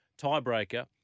Tiebreaker